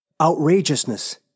outrageousness